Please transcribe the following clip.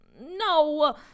No